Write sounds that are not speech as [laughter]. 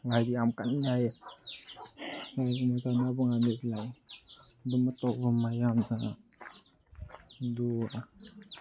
ꯂꯥꯏꯗꯣ ꯌꯥꯝ ꯀꯜꯂꯦ ꯍꯥꯏꯌꯦ [unintelligible] ꯂꯥꯏꯛ ꯑꯗꯨꯝꯕ ꯇꯧꯔꯛꯄ ꯃꯌꯥꯝꯅ ꯑꯗꯨ